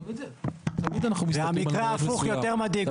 והמקרה ההפוך יותר מדאיג אותי.